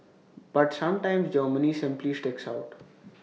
but sometimes Germany simply sticks out